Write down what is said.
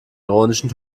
ironischen